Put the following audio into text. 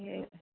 లేవ్